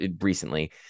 recently